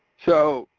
so,